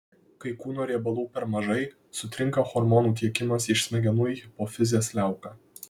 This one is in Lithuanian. kai kūno riebalų per mažai sutrinka hormonų tiekimas iš smegenų į hipofizės liauką